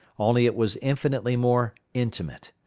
only it was infinitely more intimate.